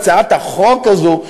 הצעת החוק הזו,